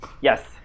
Yes